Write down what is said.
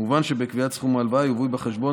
מובן שבקביעת סכום ההלוואה יובאו בחשבון